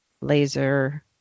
laser